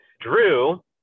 Drew